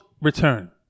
return